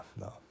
no